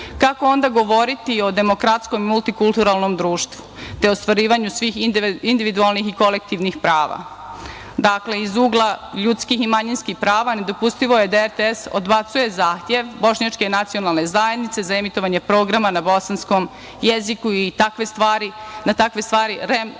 Kako onda govoriti o demokratskom i multikulturalnom društvu, te ostvarivanju svih individualnih i kolektivnih prava. Dakle, iz ugla ljudskih i manjinskih prava nedopustivo je da RTS odbacuje zahtev Bošnjačke nacionalne zajednice za emitovanje programa na bosanskom jeziku i na takve stvari REM zaista